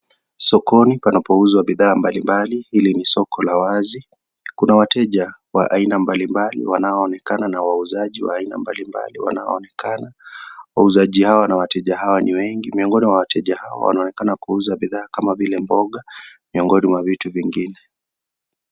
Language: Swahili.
Sokoni panapouzwa bidhaa mbalimbali, hili ni soko la wazi, kuna wateja wa aina mbalimbali wanaonenakana na wauzaji wa aina mbalimbali wanaonenakana, wauzaji hawa na wateja hawa ni wengi. Miongoni wa wateja hawa wanaonenakana kuuza bidhaa kama vile mboga miongoni mwa vitu vingine.